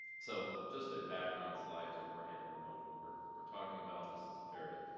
so just a background slide to orient everyone to what we're we're talking about. this is a fairly,